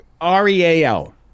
R-E-A-L